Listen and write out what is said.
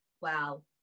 wow